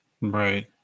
right